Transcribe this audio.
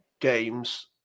games